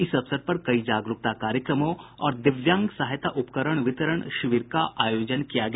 इस अवसर पर कई जागरूकता कार्यक्रमों और दिव्यांग सहायता उपकरण वितरण शिविर का आयोजन किया गया